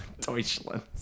Deutschland